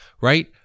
right